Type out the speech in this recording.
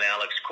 Alex